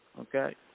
okay